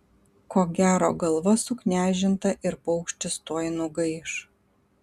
ko gero galva suknežinta ir paukštis tuoj nugaiš